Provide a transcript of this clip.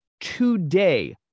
today